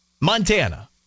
Montana